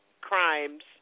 crimes